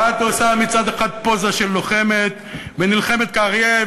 ואת עושה מצד אחד פוזה של לוחמת ונלחמת כאריה,